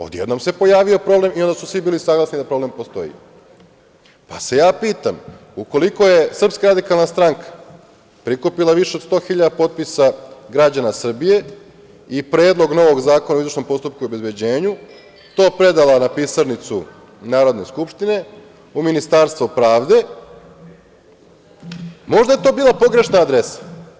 Od jednom se pojavio problem i onda su svi bili saglasni da problem postoji, pa se ja pitam, ukoliko je SRS prikupila više od 100.000 potpisa građana Srbije i Predlog novog zakona o izvršnom postupku i obezbeđenju, to predala na pisarnicu Narodne skupštine, u Ministarstvo pravde, možda je to bila pogrešna adresa.